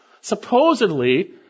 supposedly